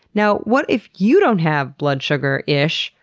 now, what if you don't have blood sugar issues,